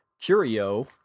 curio